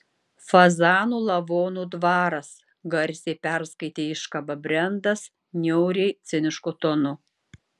fazanų lavonų dvaras garsiai perskaitė iškabą brendas niauriai cinišku tonu